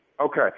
Okay